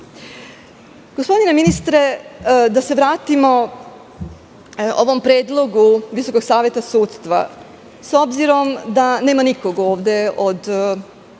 zakona. Gospodine ministre, da se vratimo ovom predlogu Visokog saveta sudstva, s obzirom da nema nikog ovde od